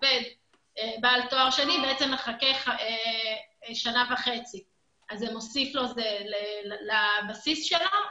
עובד בעל תואר שני מחכה שנה וחצי כך שזה מוסיף לבסיס שלו.